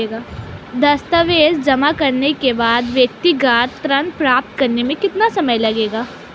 दस्तावेज़ जमा करने के बाद व्यक्तिगत ऋण प्राप्त करने में कितना समय लगेगा?